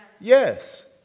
Yes